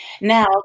Now